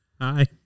Hi